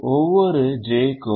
ஒவ்வொரு j க்கும் Σ X ij 1